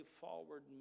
forward